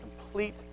complete